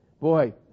boy